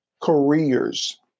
careers